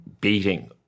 beating